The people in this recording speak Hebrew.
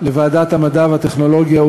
לוועדת המדע והטכנולוגיה,